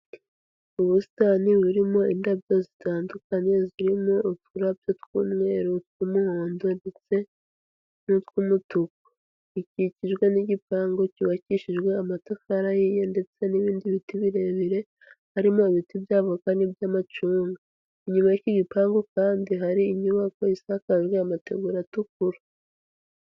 Ubusitani burimo indabyo zitandukanye zirimo uturabyo tw'umweru, utw'umuhondo ndetse n'utw'umutuku, bikikijwe n'igipangu cyubakishijwe amatafari ahiye ndetse n'ibindi biti birebire harimo ibiti by'avoka ndetse n'iby'amacunga, inyuma y'iki gipangu kandi hari inyubako isakaje amategura atukura.